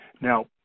Now